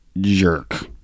jerk